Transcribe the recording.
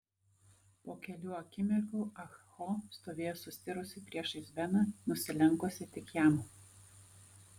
po kelių akimirkų ah ho stovėjo sustirusi priešais beną nusilenkusi tik jam